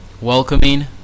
welcoming